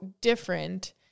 different